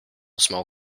small